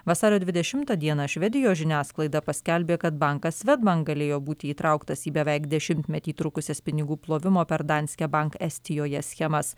vasario dvidešimtą dieną švedijos žiniasklaida paskelbė kad bankas svedbank galėjo būti įtrauktas į beveik dešimtmetį trukusias pinigų plovimo per danske bank estijoje schemas